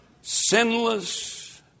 Sinless